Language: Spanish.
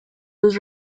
los